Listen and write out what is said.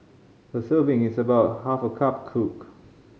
a serving is about half cup cooked